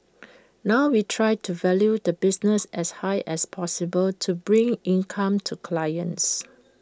now we try to value the business as high as possible to bring income to clients